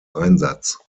einsatz